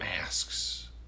masks